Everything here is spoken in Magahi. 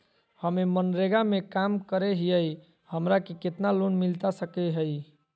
हमे मनरेगा में काम करे हियई, हमरा के कितना लोन मिलता सके हई?